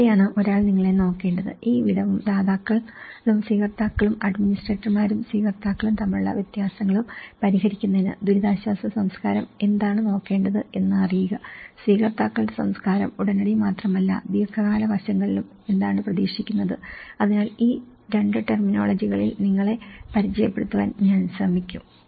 അവിടെയാണ് ഒരാൾ നിങ്ങളെ നോക്കേണ്ടത് ഈ വിടവും ദാതാക്കളും സ്വീകർത്താക്കളും അഡ്മിനിസ്ട്രേറ്റർമാരും സ്വീകർത്താക്കളും തമ്മിലുള്ള വ്യത്യാസങ്ങളും പരിഹരിക്കുന്നതിന് ദുരിതാശ്വാസ സംസ്കാരം എന്താണ് നോക്കേണ്ടത് എന്ന് അറിയുക സ്വീകർത്താക്കളുടെ സംസ്കാരം ഉടനടി മാത്രമല്ല ദീർഘകാല വശങ്ങളിലും എന്താണ് പ്രതീക്ഷിക്കുന്നത് അതിനാൽ ഈ 2 ടെർമിനോളജികളിൽ നിങ്ങളെ പരിചയപ്പെടുത്താൻ ഞാൻ ശ്രമിക്കും